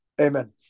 Amen